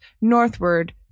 northward